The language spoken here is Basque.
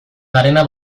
garena